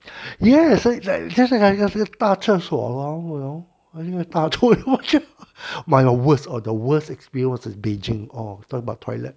yes I can yes 那个大厕所 oh you know my worst 我的 worst experience was in beijing oh talk about toilet